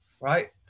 right